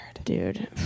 dude